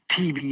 TV